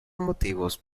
motivos